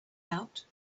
out